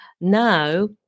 Now